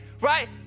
right